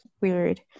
weird